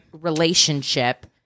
relationship